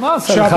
מה עשה לך?